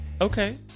Okay